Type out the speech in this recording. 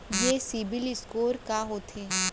ये CIBIL score का होथे?